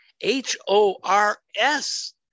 H-O-R-S